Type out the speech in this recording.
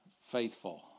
faithful